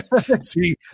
see